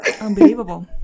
Unbelievable